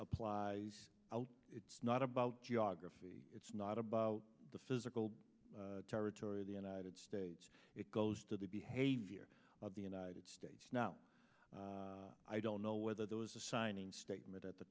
applies it's not about geography it's not about the physical territory of the united states it goes to the behavior of the united states now i don't know whether there was a signing statement at the